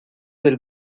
del